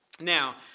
Now